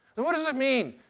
what does it mean,